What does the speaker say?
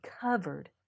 covered